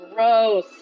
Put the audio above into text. Gross